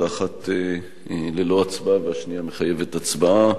האחת ללא הצבעה והשנייה מחייבת הצבעה.